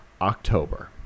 October